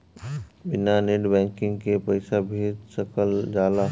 बिना net banking के पईसा भेज सकल जाला?